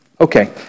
Okay